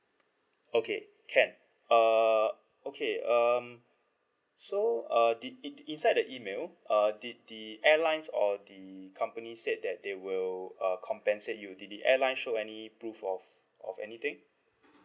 okay can uh okay um so uh did in~ inside the email uh did the airlines or the company said that they will uh compensate you did the airline show any proof of of anything